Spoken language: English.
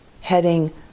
heading